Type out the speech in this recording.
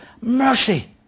Mercy